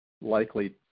likely